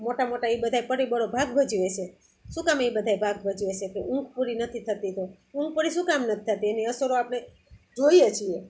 મોટા મોટા એ બધાય પરિબળો ભાગ ભજવે છે શું કામ એ બધાય ભાગ ભજવે છે કે ઊંઘ પૂરી નથી થતી તો ઊંઘ પૂરી શું કામ નથી થાતી એની અસરો આપણે જોઈએ છીએ